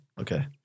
Okay